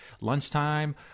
lunchtime